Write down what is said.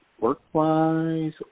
work-wise